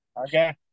okay